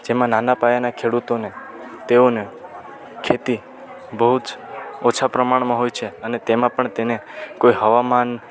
જેમાં નાના પાયાનાં ખેડૂતોને તેઓને ખેતી બહું જ ઓછાં પ્રમાણમાં હોય છે અને તેમાં પણ તેને કોઈ હવામાન